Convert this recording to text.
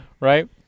right